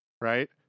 Right